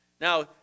Now